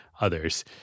others